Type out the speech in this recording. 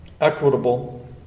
equitable